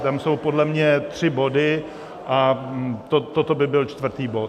Tam jsou podle mě tři body a toto by byl čtvrtý bod.